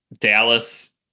Dallas